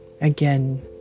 again